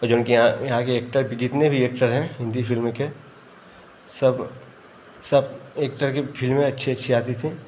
और जौन कि यहाँ यहाँ के एक्टर जितने भी एक्टर हैं हिन्दी फिल्म के सब सब एक तरह की फिल्में अच्छी अच्छी आती थीं